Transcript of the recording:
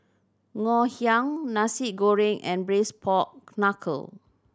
Ngoh Hiang Nasi Goreng and Braised Pork Knuckle